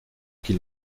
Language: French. qu’il